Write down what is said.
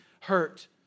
hurt